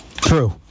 True